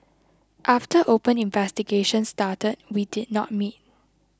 after open investigations started we did not meet